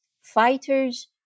Fighters